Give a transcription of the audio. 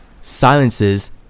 Silences